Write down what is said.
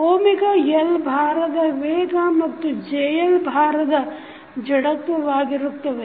L ಭಾರದ ವೇಗ ಮತ್ತು JL ಭಾರದ ಜಡತ್ವವಾಗಿರುತ್ತವೆ